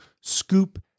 scoop